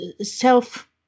self